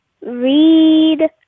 read